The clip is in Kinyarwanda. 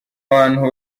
abantu